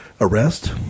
arrest